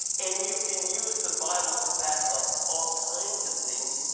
and you can use the bible to back up all kinds of things